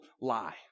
lie